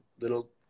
little